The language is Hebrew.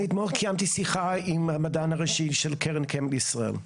אני אתמול קיימתי שיחה עם המדען הראשי של קרן קיימת לישראל.